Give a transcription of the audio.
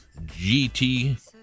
GT